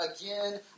again